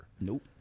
nope